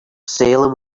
salem